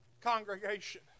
congregation